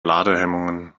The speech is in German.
ladehemmungen